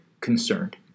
Concerned